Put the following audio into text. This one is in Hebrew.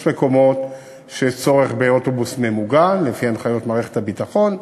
יש מקומות שיש צורך באוטובוס ממוגן לפי הנחיות מערכת הביטחון,